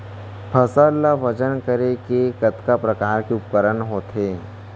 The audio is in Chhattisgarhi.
फसल ला वजन करे के कतका प्रकार के उपकरण होथे?